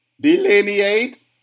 delineate